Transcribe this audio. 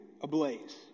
ablaze